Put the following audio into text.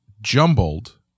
jumbled